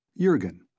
Jurgen